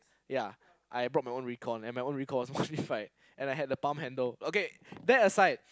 ya I brought my own recon and my own recon was modified and I had the bump handle okay that aside